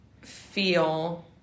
feel